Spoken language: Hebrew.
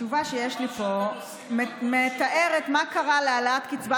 התשובה שיש לי פה מתארת מה קרה להעלאת קצבת